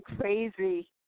crazy